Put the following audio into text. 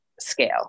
scale